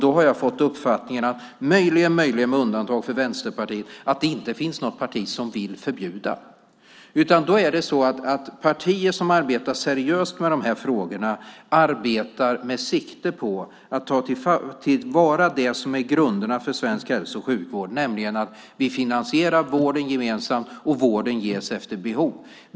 Då har jag fått uppfattningen att det, möjligen med undantag för Vänsterpartiet, inte finns något parti som vill förbjuda. Partier som arbetar seriöst med de här frågorna arbetar med sikte på att ta till vara det som är grunderna för svensk hälso och sjukvård, nämligen att vi finansierar vården gemensamt och att vården ges efter behov.